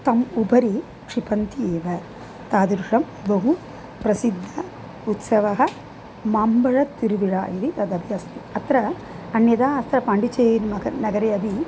तम् उपरि क्षिपन्ति एव तादृशं बहु प्रसिद्धः उत्सवः माम्बळतिरुविरा इति तदपि अस्ति अत्र अन्यदा अत्र पाण्डिचेरि नगरे अपि